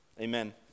amen